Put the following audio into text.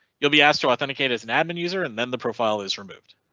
you'll be asked to authenticate as an admin user, and then the profile is removed.